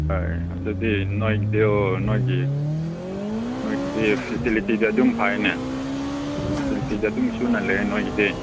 ꯍꯣꯏ ꯑꯗꯨꯗꯤ ꯅꯣꯏꯒꯤꯗꯨ ꯅꯣꯏꯒꯤ ꯅꯣꯏꯒꯤꯗꯤ ꯐꯦꯁꯤꯂꯤꯇꯤꯗꯤ ꯑꯗꯨꯝ ꯐꯩꯌꯦꯅꯦ ꯐꯦꯁꯤꯂꯤꯇꯤꯗꯤ ꯑꯗꯨꯝ ꯁꯨꯅ ꯂꯩꯌꯦ ꯅꯣꯏꯒꯤꯗꯤ